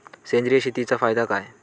सेंद्रिय शेतीचा फायदा काय?